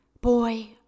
boy